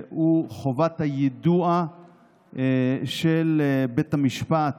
שהוא חובת היידוע של בית המשפט